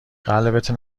قلبت